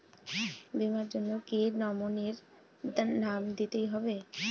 বীমার জন্য কি নমিনীর নাম দিতেই হবে?